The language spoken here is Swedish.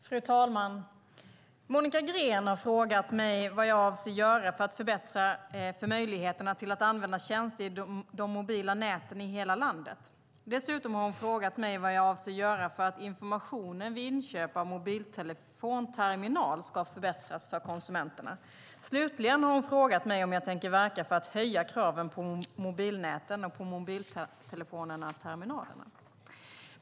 Fru talman! Monica Green har frågat mig vad jag avser att göra för att förbättra möjligheterna att använda tjänster i de mobila näten i hela landet. Dessutom har hon frågat mig vad jag avser att göra för att informationen vid inköp av mobiltelefon eller terminal ska förbättras för konsumenterna. Slutligen har hon frågat mig om jag tänker verka för att höja kraven på mobilnäten och på mobiltelefonerna och terminalerna.